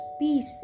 peace